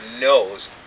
knows